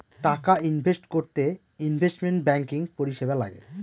টাকা ইনভেস্ট করতে investment banking পরিষেবা লাগে